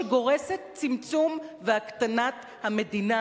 שגורסת צמצום והקטנת חובות המדינה